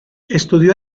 estudió